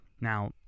Now